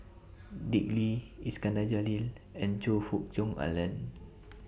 Dick Lee Iskandar Jalil and Choe Fook Cheong Alan